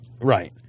Right